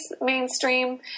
mainstream